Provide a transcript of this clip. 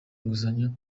inguzanyo